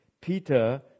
Peter